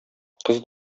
кыз